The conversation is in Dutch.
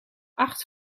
acht